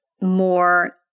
more